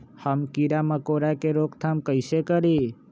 हम किरा मकोरा के रोक थाम कईसे करी?